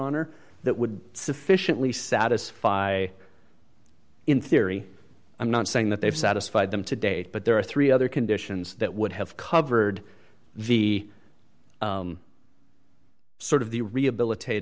honor that would sufficiently satisfy in theory i'm not saying that they've satisfied them to date but there are three other conditions that would have covered the sort of the rehabilitat